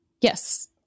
Yes